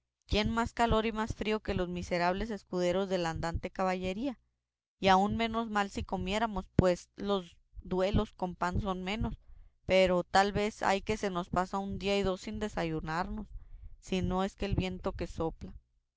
quién más calor y más frío que los miserables escuderos de la andante caballería y aun menos mal si comiéramos pues los duelos con pan son menos pero tal vez hay que se nos pasa un día y dos sin desayunarnos si no es del viento que sopla